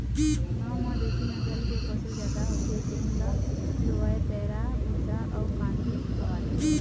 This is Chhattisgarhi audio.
गाँव म देशी नसल के पशु जादा होथे तेन ल लूवय पैरा, भूसा अउ कांदी खवाथे